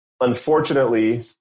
Unfortunately